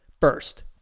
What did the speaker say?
first